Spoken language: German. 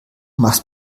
machst